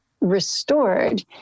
restored